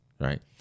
right